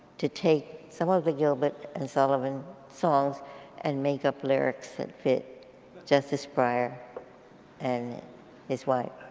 to take some of the gilbert and sullivan songs and make up lyrics that fit justice breyer and his wife.